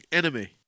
enemy